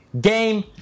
game